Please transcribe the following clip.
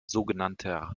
sogenannter